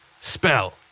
spell